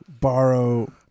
borrow